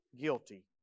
guilty